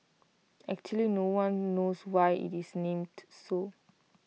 actually no one knows why IT is named so